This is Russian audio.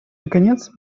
наконец